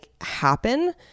happen